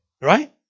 Right